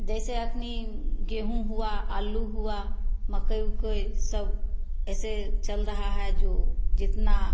जैसे अपनी गेहूँ हुआ आलू हुआ मकई उन के ही सब ऐसे चल रहा है जो जितना